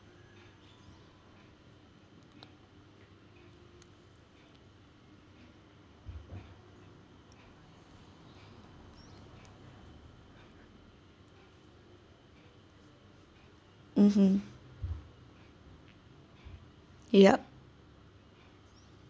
mmhmm yup